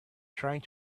trying